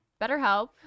BetterHelp